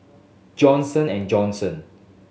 Johnson and Johnson